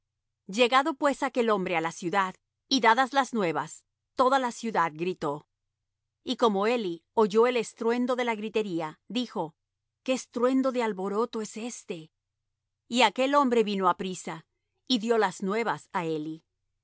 llegado pues aquel hombre á la ciudad y dadas las nuevas toda la ciudad gritó y como eli oyó el estruendo de la gritería dijo qué estruendo de alboroto es éste y aquel hombre vino apriesa y dió las nuevas á eli era